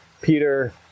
Peter